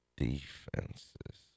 defenses